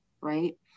right